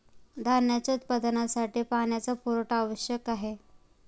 धान्याच्या उत्पादनासाठी पाण्याचा पुरवठा आवश्यक आहे